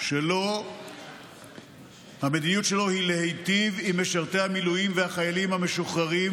שלו היא להיטיב עם משרתי המילואים והחיילים המשוחררים,